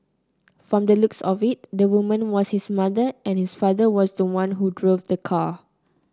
from the looks of it the woman was his mother and his father was the one who drove the car